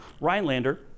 Rhinelander